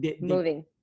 Moving